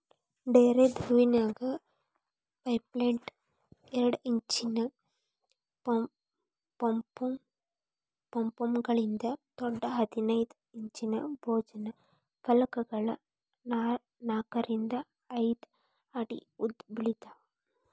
ಡೇರೆದ್ ಹೂವಿನ್ಯಾಗ ಪೆಟೈಟ್ ಎರಡ್ ಇಂಚಿನ ಪೊಂಪೊಮ್ಗಳಿಂದ ದೊಡ್ಡ ಹದಿನೈದ್ ಇಂಚಿನ ಭೋಜನ ಫಲಕಗಳ ನಾಕರಿಂದ ಐದ್ ಅಡಿ ಉದ್ದಬೆಳಿತಾವ